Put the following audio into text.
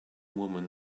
woman